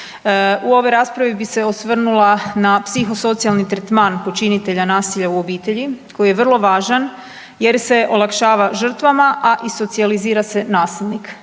u ovoj raspravi bi se osvrnula na psihosocijalni tretman počinitelja nasilja u obitelji koji je vrlo važan jer se olakšava žrtvama, a i socijalizira se nasilnik.